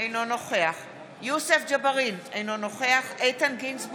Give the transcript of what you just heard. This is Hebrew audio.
אינו נוכח יוסף ג'בארין, אינו